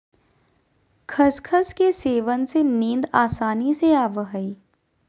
खसखस के सेवन से नींद आसानी से आवय हइ